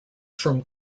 from